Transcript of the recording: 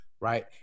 right